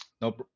No